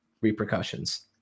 repercussions